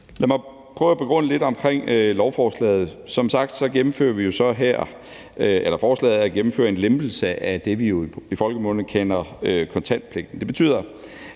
Lad mig prøve at begrunde lovforslaget lidt. Som sagt er forslaget at gennemføre en lempelse af det, vi i folkemunde kalder kontantpligten. Det betyder,